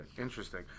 Interesting